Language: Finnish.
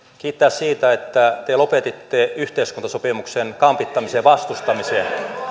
kiittää siitä että te lopetitte yhteiskuntasopimuksen kampittamisen ja vastustamisen